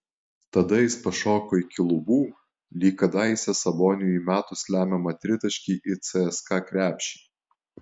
tada jis pašoko iki lubų lyg kadaise saboniui įmetus lemiamą tritaškį į cska krepšį